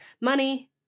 money